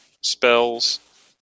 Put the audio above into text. spells